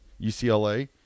UCLA